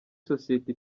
sosiyete